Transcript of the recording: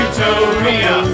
Utopia